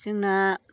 जोंना